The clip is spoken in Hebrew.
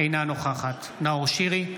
אינה נוכחת נאור שירי,